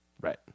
Right